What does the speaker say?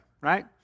right